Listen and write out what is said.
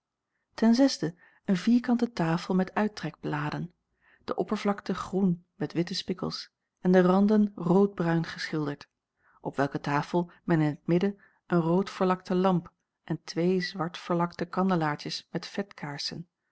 een vierkante tafel met uittrekbladen de oppervlakte groen met witte spikkels en de randen roodbruin geschilderd op welke tafel men in t midden een rood verlakte lamp en twee zwart verlakte kandelaartjes met vetkaarsen